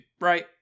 right